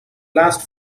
last